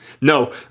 No